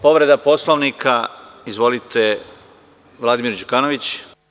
Povreda Poslovnika, izvolite Vladimir Đukanović.